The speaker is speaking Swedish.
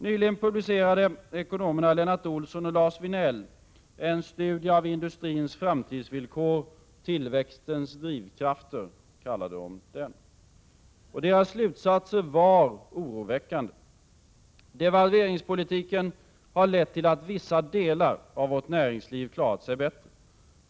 Nyligen publicerade ekonomerna Lennart Ohlsson och Lars Vinell en studie av industrins framtidsvillkor. Tillväxtens drivkrafter kallade de den. Deras slutsatser är oroväckande. Devalveringspolitiken har lett till att vissa delar av vårt näringsliv har klarat sig bättre.